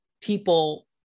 people